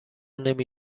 نمی